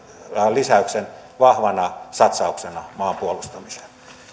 lisäyksen vahvana satsauksena maan puolustamiseen